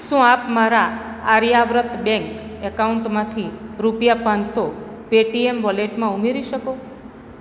શું આપ મારા આર્યાવ્રત બેંક એકાઉન્ટમાંથી રૂપિયા પાંચસો પેટીએમ વોલેટમાં ઉમેરી શકો